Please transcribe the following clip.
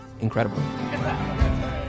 incredible